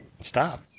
Stop